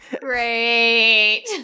Great